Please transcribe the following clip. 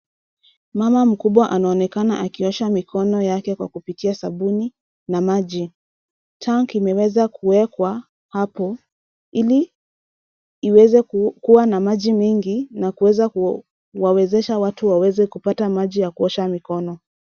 Mama mkubwa anaonekana akiosha mikono yake kwa kupitia sabuni na maji. Tank imeweza kuwekwa hapo ili iweze kuwa na maji mengi na kuweza kuwawezesha watu waweze kupata maji ya kuosha mikono.